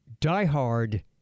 diehard